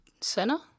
Senna